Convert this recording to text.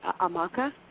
Amaka